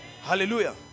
hallelujah